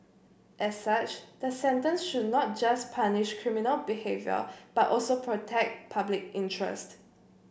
as such the sentence should not just punish criminal behaviour but also protect public interest